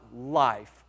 life